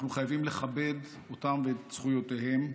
אנחנו חייבים לכבד אותם ואת זכויותיהם,